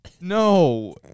no